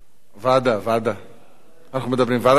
ההצעה להעביר את הנושא לוועדת הכספים